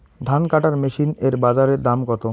ধান কাটার মেশিন এর বাজারে দাম কতো?